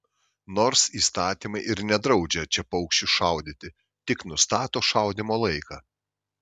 nors įstatymai ir nedraudžia čia paukščius šaudyti tik nustato šaudymo laiką